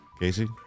Casey